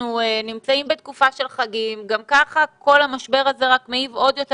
אנחנו נמצאים בתקופת החגים וכל השבר הזה מעיב עוד יותר